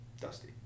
dusty